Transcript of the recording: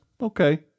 Okay